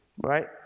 right